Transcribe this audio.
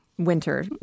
winter